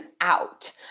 out